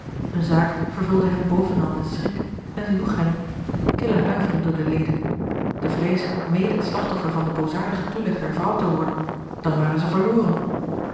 eene zaak vervulde hem bovenal met schrik en joeg hem eene kille huivering door de leden de vrees mede het slagtoffer van den boosaardigen toeleg der vrouw te worden dan waren zij verloren